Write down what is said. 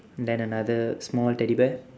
then another small teddy bear